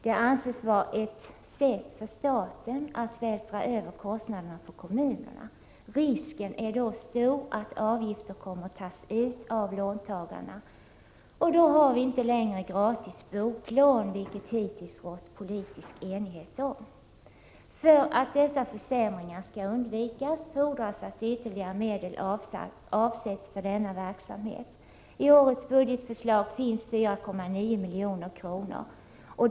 Det anses vara ett sätt för staten att vältra över kostnaderna på kommunerna. Risken är stor att det blir en avgift för låntagarna och då har vi inte längre gratis boklån, vilket det hittills har rått politisk enighet om. För att undvika dessa försämringar fordras det att ytterligare medel avsätts för denna viktiga verksamhet. I årets budgetförslag finns 4,9 milj.kr.